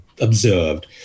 observed